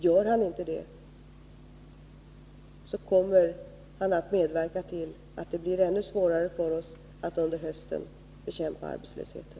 Gör han inte det kommer han att medverka till att det blir ännu svårare för oss att under hösten bekämpa arbetslösheten.